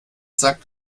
sagt